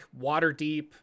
Waterdeep